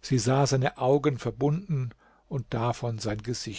sie sah seine augen verbunden und davon sein